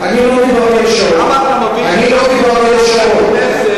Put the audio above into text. אני לא דיברתי על שעון.